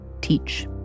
Teach